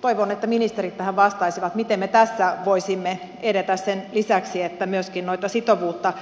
toivon että ministerit tähän vastaisivat miten me tässä voisimme edetä sen lisäksi että myöskin sitovuutta